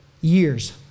Years